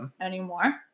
anymore